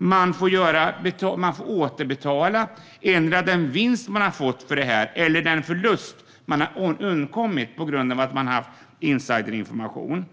eller måste återbetala antingen den vinst man gjort eller den förlust man undvikit på grund av att man haft insiderinformation.